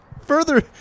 Further